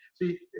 see